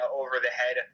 over-the-head